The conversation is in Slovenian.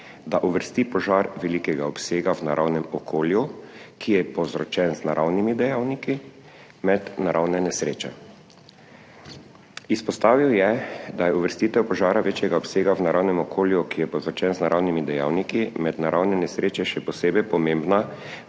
da uvrsti požar velikega obsega v naravnem okolju, ki je povzročen znaravnimi dejavniki, med naravne nesreče. Izpostavil je, da je uvrstitev požara večjega obsega v naravnem okolju, ki je povzročen z naravnimi dejavniki, med naravnimi nesrečami še posebej pomembna